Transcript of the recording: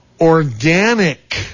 organic